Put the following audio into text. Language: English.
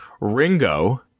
Ringo